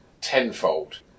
tenfold